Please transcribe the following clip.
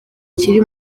kiri